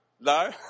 No